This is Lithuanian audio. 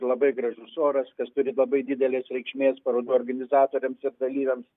labai gražus oras kas turi labai didelės reikšmės parodų organizatoriams ir dalyviams